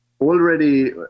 already